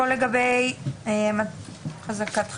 עברנו על חזקת חפות,